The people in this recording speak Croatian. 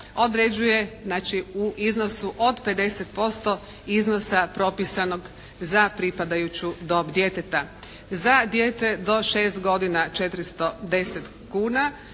određuje znači u iznosu od 50% iznosa propisanog za pripadajuću dob djeteta. Za dijete do 6 godina 410 kuna